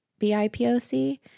BIPOC